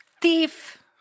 thief